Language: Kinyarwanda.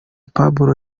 pablo